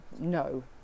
no